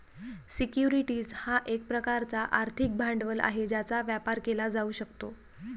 securities हा एक प्रकारचा आर्थिक भांडवल आहे ज्याचा व्यापार केला जाऊ शकतो